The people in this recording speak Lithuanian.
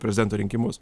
prezidento rinkimus